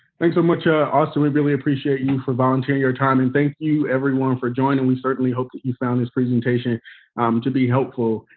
thanks so much, austin. we really appreciate you for volunteering your time. and thank you, everyone, for joining. and we certainly hope that you found this presentation to be helpful.